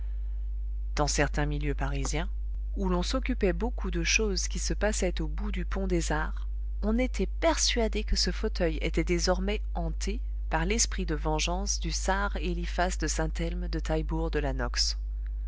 dans certains milieux parisiens où l'on s'occupait beaucoup de choses qui se passaient au bout du pont des arts on était persuadé que ce fauteuil était désormais hanté par l'esprit de vengeance du sâr eliphas de saint-elme de taillebourg de la nox